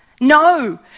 No